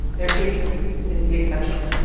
their case is the exception,